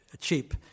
cheap